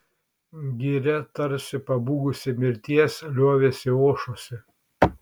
giria tarsi pabūgusi mirties liovėsi ošusi